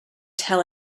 tell